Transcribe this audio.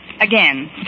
Again